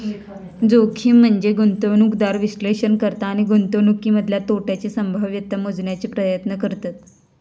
जोखीम म्हनजे गुंतवणूकदार विश्लेषण करता आणि गुंतवणुकीतल्या तोट्याची संभाव्यता मोजण्याचो प्रयत्न करतत